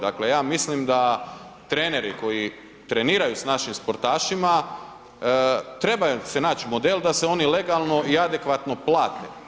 Dakle ja mislim da treneru koji treniraju s našim sportašima, treba si naći model da se oni legalno i adekvatno plate.